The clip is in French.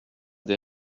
des